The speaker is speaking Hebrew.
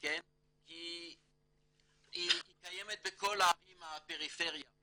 כי היא קיימת בכל הערים בפריפריה.